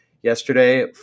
yesterday